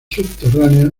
subterráneas